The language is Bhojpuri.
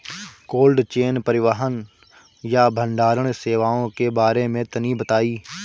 कोल्ड चेन परिवहन या भंडारण सेवाओं के बारे में तनी बताई?